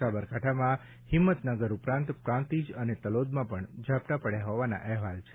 સાબરકાંઠામાં હિંમતનગર ઉપરાંત પ્રાંતિજ અને તલોદમાં પણ ઝાપટા પડ્યા હોવાના અહેવાલ છે